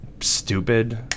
Stupid